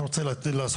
אתה רוצה לתת